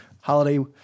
Holiday